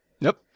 Nope